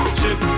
chip